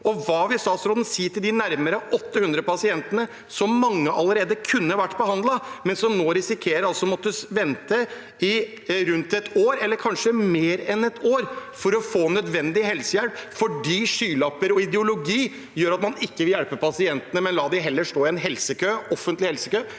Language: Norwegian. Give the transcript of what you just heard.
Hva vil statsråden si til de nærmere 800 pasientene? Mange kunne allerede vært behandlet, men risikerer nå å måtte vente i rundt et år, eller kanskje mer enn et år, for å få nødvendig helsehjelp, fordi skylapper og ideologi gjør at man ikke vil hjelpe pasientene, men heller lar dem stå i en offentlig helsekø